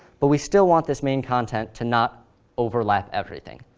but we still want this main content to not overlap everything.